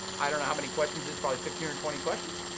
i don't know how many questions it's probably fifteen or twenty questions.